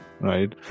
Right